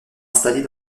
installés